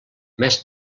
més